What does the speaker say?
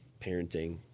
parenting